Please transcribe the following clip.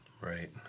Right